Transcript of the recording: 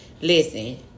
listen